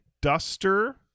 Duster